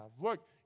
Look